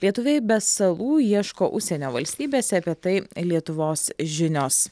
lietuvybės salų ieško užsienio valstybėse apie tai lietuvos žinios